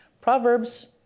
Proverbs